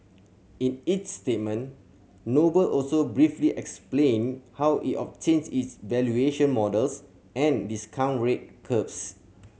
in its statement Noble also briefly explained how it obtains its valuation models and discount rate curves